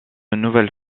nouvelle